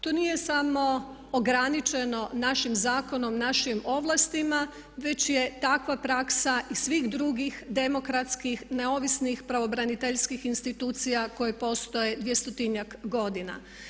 To nije samo ograničeno našim zakonom, našim ovlastima već je takva praksa i svih drugih demokratskih neovisnih pravobraniteljskih institucija koje postoje 200-njak godina.